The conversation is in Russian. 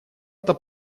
это